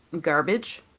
garbage